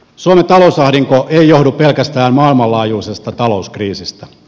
suomen talousahdinko ei johdu pelkästään maailmanlaajuisesta talouskriisistä